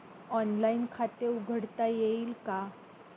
Online खाते उघडता येईल का?